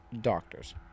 doctors